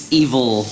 evil